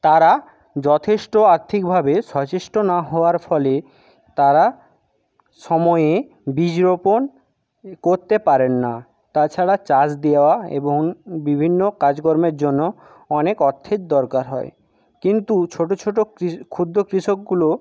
তারা যথেষ্ট আর্থিকভাবে সচেষ্ট না হওয়ার ফলে তারা সময়ে বীজ রোপণ করতে পারেন না তাছাড়া চাষ দেওয়া এবং বিভিন্ন কাজকর্মের জন্য অনেক অর্থের দরকার হয় কিন্তু ছোটো ছোটো ক্ষুদ্র কৃষকগুলো